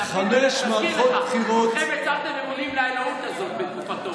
אני מזכיר לך: כולכם הצהרתם אמונים לאלוהות הזאת בתקופתו.